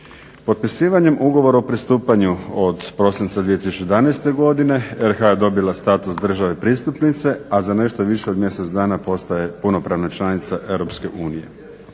Potpisivanjem ugovora o pristupanju od prosinca 2011.godine RH je dobila status države pristupnice, a za nešto više od mjesec dana postaje punopravna članica EU. Svi